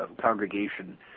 congregation